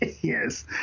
Yes